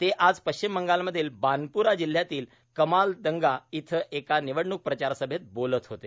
ते आज पश्चिम बंगालमधील बानप्रा जिल्ह्यातील कमालदंगा इथं एका निवणूक प्रचार सभेत बोलत होते